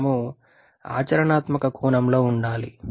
మనం ఆచరణాత్మక కోణంలో చూడాలి